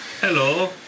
Hello